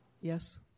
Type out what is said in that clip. Yes